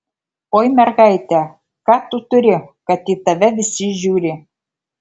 oi mergaite ką tu turi kad į tave visi žiūri